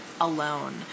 alone